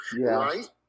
Right